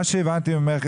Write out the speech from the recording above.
מה שהבנתי ממך,